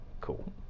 cool